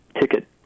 ticket